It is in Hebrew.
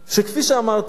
כפי שאמרתי,